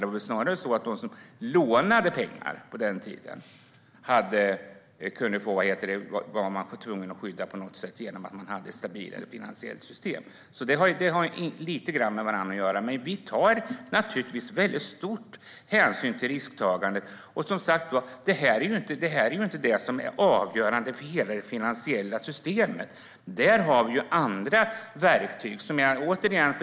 Det var väl snarare så på den tiden att man var tvungen att skydda dem som lånade pengar genom att ha ett stabilare finansiellt system. Det har alltså lite grann med varandra att göra. Vi tar stor hänsyn till risktagande. Detta är som sagt inte avgörande för hela det finansiella systemet. Där har vi andra verktyg.